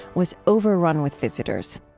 was over run with visitors.